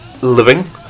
living